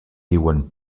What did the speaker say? diuen